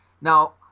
Now